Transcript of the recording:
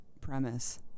premise